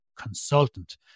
consultant